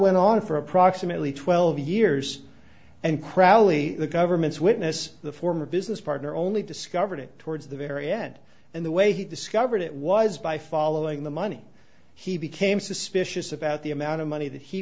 went on for approximately twelve years and crowley the government's witness the former business partner only discovered it towards the very end and the way he discovered it was by following the money he became suspicious about the amount of money that he